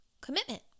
commitment